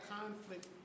conflict